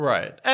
Right